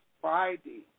Friday